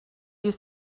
you